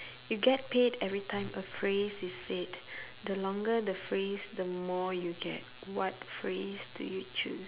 you get paid every time a phrase is said the longer the phrase the more you get what phrase do you choose